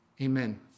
Amen